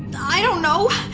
i don't know!